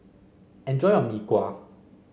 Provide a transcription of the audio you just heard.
enjoy your Mee Kuah